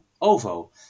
ovo